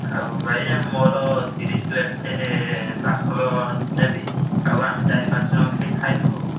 ଆଉ ଭାଇ ଏ ମୋର ତିରିଶ ପ୍ଲେଟ୍ ପାର୍ସଲ ନେବି ଆଉ ଆମେ ଚାରି ପାଞ୍ଚ ଜଣ ସେଇଠି ଖାଇବୁ